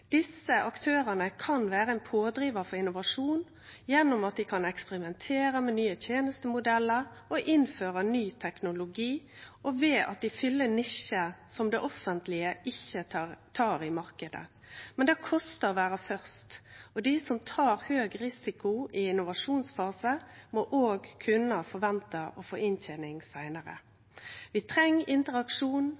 Desse aktørane kan vere ein pådrivar for innovasjon ved at dei kan eksperimentere med nye tenestemodellar og innføre ny teknologi, og ved at dei fyller nisjar som det offentlege ikkje tek, i marknaden. Men det kostar å vere først, og dei som tek høg risiko i ein innovasjonsfase, må òg kunne forvente å få inntening seinare.